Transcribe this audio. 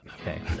okay